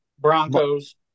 Broncos